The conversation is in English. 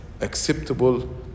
acceptable